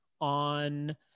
on